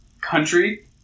country